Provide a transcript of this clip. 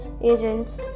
agents